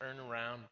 turnaround